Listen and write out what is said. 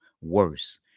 worse